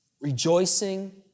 rejoicing